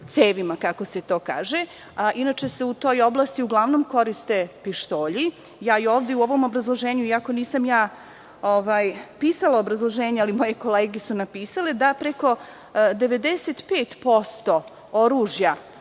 cevima, kako se to kaže. Inače, u toj oblasti se uglavnom koriste pištolji. U ovom obrazloženju, iako nisam ja pisala obrazloženje, ali moje kolege su napisale da preko 95% oružja,